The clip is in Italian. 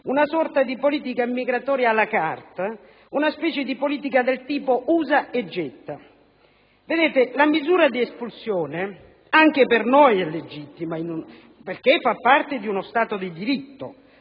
una sorta di politica immigratoria *à la carte*, una specie di politica del tipo usa e getta. La misura di espulsione anche per noi è legittima all'interno di uno Stato di diritto,